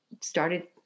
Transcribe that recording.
started